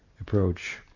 approach